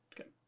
okay